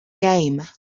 game